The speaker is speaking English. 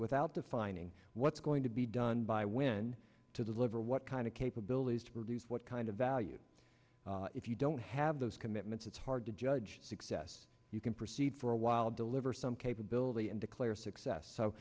without defining what's going to be done by when to deliver what kind of capabilities to produce what kind of value if you don't have those commitments it's hard to judge success yes you can proceed for a while deliver some capability and declare success so